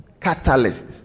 catalyst